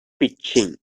pitching